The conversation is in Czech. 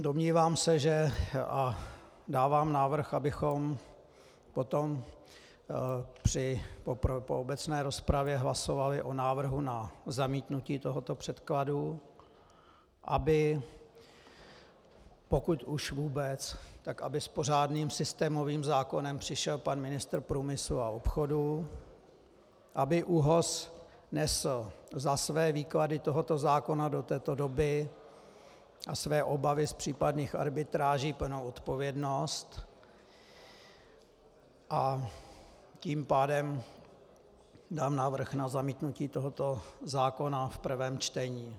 Domnívám se a dávám návrh, abychom potom po obecné rozpravě hlasovali o návrhu na zamítnutí tohoto předkladu, aby, pokud už vůbec, s pořádným systémovým zákonem přišel pan ministr průmyslu a obchodu, aby ÚOHS nesl za své výklady tohoto zákona do této doby a své obavy z případných arbitráží plnou odpovědnost, a tím pádem dám návrh na zamítnutí tohoto zákona v prvním čtení.